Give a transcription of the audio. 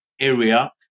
area